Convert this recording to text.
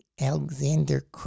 Alexander